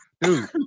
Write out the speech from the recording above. dude